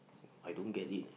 I don't get it leh